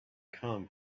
come